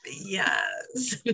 yes